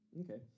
Okay